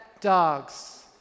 dogs